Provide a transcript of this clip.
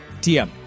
TM